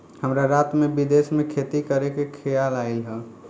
हमरा रात में विदेश में खेती करे के खेआल आइल ह